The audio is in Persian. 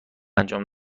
انجام